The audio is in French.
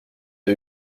pas